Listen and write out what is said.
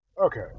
Okay